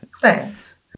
Thanks